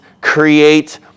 create